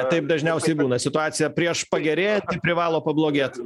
taip dažniausiai būna situacija prieš pagerėjant ji privalo pablogėt